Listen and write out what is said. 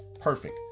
perfect